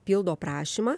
pildo prašymą